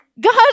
God